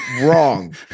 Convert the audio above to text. wrong